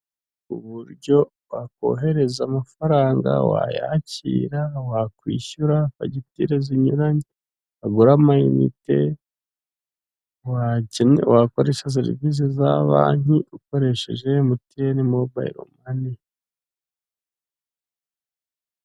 Uburyo wakohereza amafaranga, wayakira, wakwishyura fagitire zinyuranye, wagura amayinite, wakoresha serivise za banki ukoresheje emutiyeni mobayiro mani.